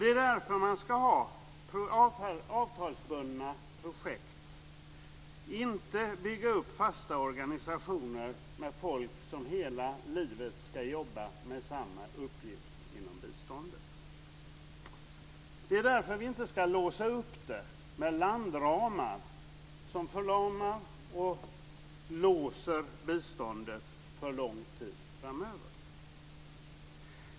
Det är därför man ska ha avtalsbundna projekt och inte bygga upp fasta organisationer med folk som hela livet ska jobba med samma uppgift inom biståndet. Det är därför vi inte ska låsa det med landramar som förlamar och låser biståndet för lång tid framöver.